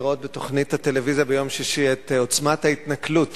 לראות בתוכנית הטלוויזיה ביום שישי את עוצמת ההתנכלות